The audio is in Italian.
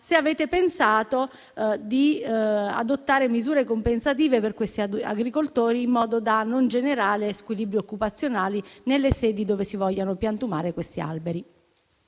se abbiate pensato di adottare misure compensative per questi agricoltori, in modo da non generare squilibri occupazionali nelle sedi dove si vogliano piantumare gli alberi.